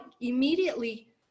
immediately